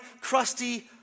crusty